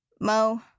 Mo